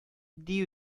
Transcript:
дию